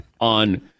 on